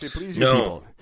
no